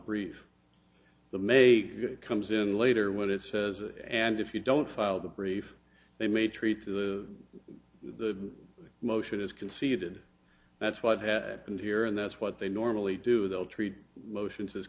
brief the may comes in later what it says and if you don't file the brief they may treat to the motion as conceded that's what has happened here and that's what they normally do they'll treat motions